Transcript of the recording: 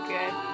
Good